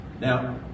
Now